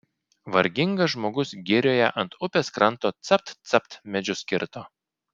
vargingas žmogus girioje ant upės kranto capt capt medžius kirto